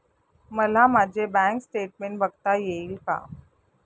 मला माझे bank statement बघता येईल का?